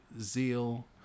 zeal